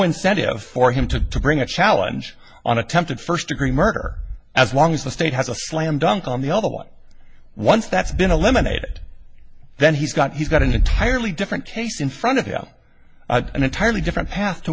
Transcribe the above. incentive for him to bring a challenge on attempted first degree murder as long as the state has a slam dunk on the other one once that's been eliminated then he's got he's got an entirely different case in front of him and entirely different path to